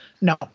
No